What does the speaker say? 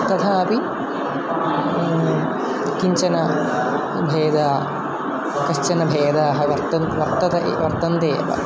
तथापि किञ्चित् भेदः कश्चन भेदाः वर्तन्ते वर्तते वर्तन्ते एव